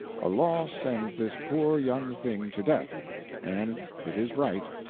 a law sends this poor young thing to death and it is right.